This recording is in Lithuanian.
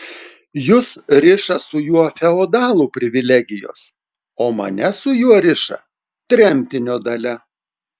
jus riša su juo feodalų privilegijos o mane su juo riša tremtinio dalia